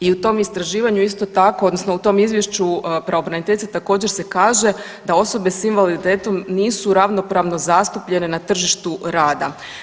I u tom istraživanju isto tako odnosno u tom izvješću pravobraniteljice također se kaže da osobe s invaliditetom nisu ravnopravno zastupljene na tržištu rada.